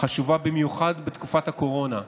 חשובה במיוחד בתקופת הקורונה,